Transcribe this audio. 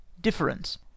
difference